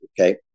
okay